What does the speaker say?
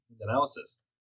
analysis